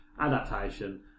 adaptation